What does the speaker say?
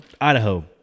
Idaho